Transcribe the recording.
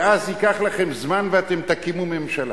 ואז ייקח לכם זמן ואתם תקימו ממשלה.